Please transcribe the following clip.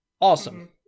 Awesome